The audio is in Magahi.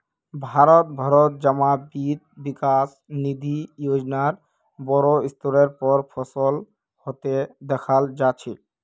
भारत भरत जमा वित्त विकास निधि योजना बोडो स्तरेर पर सफल हते दखाल जा छे